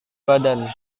badan